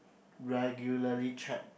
regularly check